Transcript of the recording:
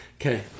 Okay